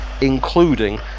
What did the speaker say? including